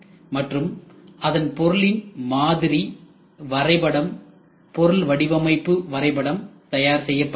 மற்றும் அதன் பொருளின் மாதிரி வரைபடம் பொருள் வடிவமைப்பு வரைபடம் தயார் செய்யப்படுகிறது